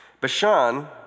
Bashan